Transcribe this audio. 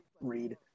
read